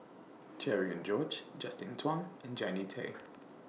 Cherian George Justin Zhuang and Jannie Tay